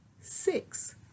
six